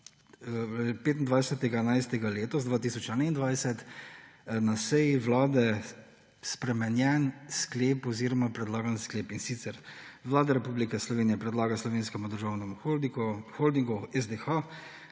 25. novembra 2021 na seji Vlade spremenjen sklep oziroma predlagan sklep. In sicer, Vlada Republike Slovenije predlaga Slovenskemu državnemu holdingu, SDH,